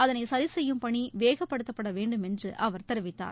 அதனை சரி செய்யும் பணி வேகப்படுத்தப்பட வேண்டுமென்று அவர் தெரிவித்தார்